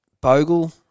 Bogle